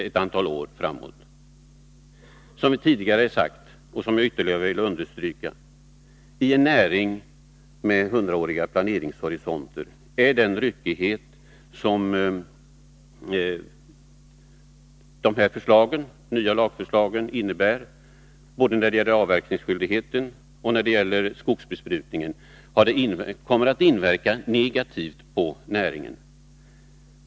Jag har tidigare sagt och vill ytterligare understryka: I en näring med hundraåriga planeringshorisonter kommer den ryckighet som dessa nya lagförslag innebär — både när det gäller avverkningsskyldighet och skogsbesprutning — att inverka negativt på näringen.